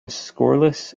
scoreless